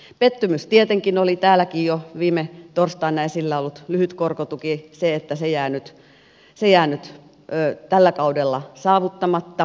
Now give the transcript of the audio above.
pettymys tietenkin oli että täälläkin jo viime torstaina esillä ollut lyhyt korkotuki jää nyt tällä kaudella saavuttamatta